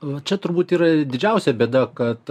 va čia turbūt yra didžiausia bėda kad